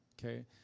okay